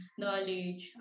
knowledge